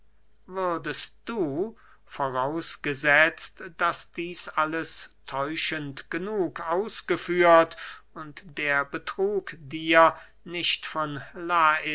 würdest du vorausgesetzt daß dieß alles täuschend genug ausgeführt und der betrug dir nicht von